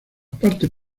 partes